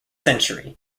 century